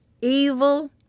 evil